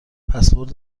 پسورد